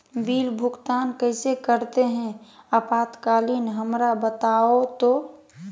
Bill भुगतान कैसे करते हैं आपातकालीन हमरा बताओ तो?